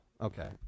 Okay